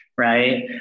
right